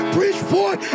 Bridgeport